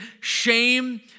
shame